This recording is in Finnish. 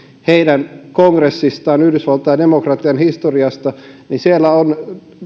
heidän kongressistaan ja yhdysvaltain demokratian historiasta siellä on